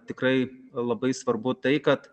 tikrai labai svarbu tai kad